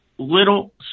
little